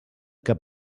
que